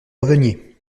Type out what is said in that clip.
reveniez